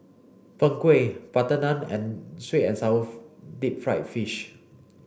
Png Kueh butter Naan and sweet and sour deep fried fish